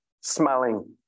smelling